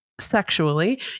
Sexually